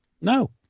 No